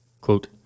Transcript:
Quote